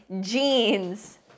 jeans